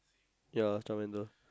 ya Charmander